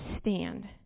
stand